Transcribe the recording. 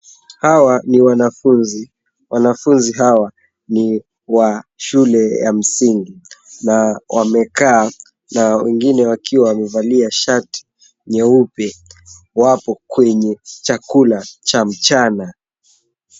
Hawa ni wanafuzi. Wanafuzi hawa ni wa shule ya msingi na wamekaa na wengine wakiwa wamevalia shati nyeupe, wapo kwenye chakula cha mchana.